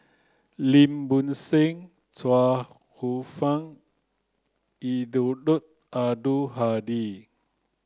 Lim Bo Seng Chuang Hsueh Fang and Eddino Abdul Hadi